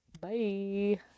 Bye